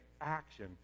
action